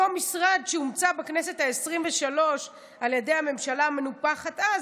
אותו משרד שהומצא בכנסת העשרים-ושלוש על ידי הממשלה המנופחת אז.